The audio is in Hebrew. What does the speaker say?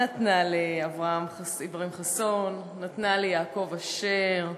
נתנה לאכרם חסון, נתנה ליעקב אשר,